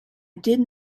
did